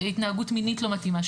התנהגות מינית לא מתאימה,